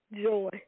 joy